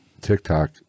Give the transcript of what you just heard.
TikTok